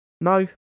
No